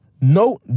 No